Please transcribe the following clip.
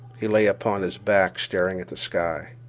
he lay upon his back staring at the sky.